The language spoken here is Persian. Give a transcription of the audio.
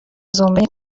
زمره